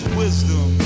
wisdom